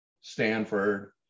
Stanford